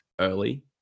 early